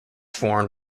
formed